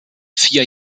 vier